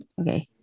Okay